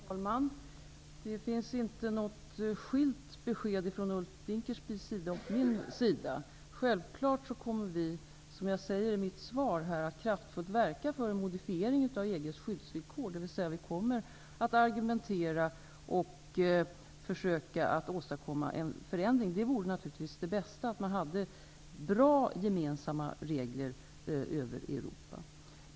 Herr talman! Det finns ingenting som är skiljaktigt i Ulf Dinkelspiels besked och mina besked. Som jag säger i mitt svar kommer vi självfallet att kraftfullt verka för en modifiering av EG:s skyddsvillkor. Vi kommer att argumentera för att försöka åstadkomma en förändring. Det bästa vore naturligtvis om man hade bra gemensamma regler över Europa.